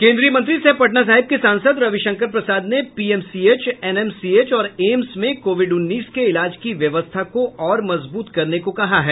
केन्द्रीय मंत्री सह पटना साहिब के सांसद रविशंकर प्रसाद ने पीएमसीएच एनएमसीएच और एम्स में कोविड उन्नीस के इलाज की व्यवस्था को और मजबूत करने को कहा है